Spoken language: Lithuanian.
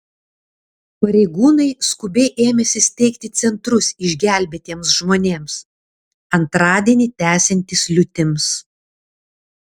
pareigūnai skubiai ėmėsi steigti centrus išgelbėtiems žmonėms antradienį tęsiantis liūtims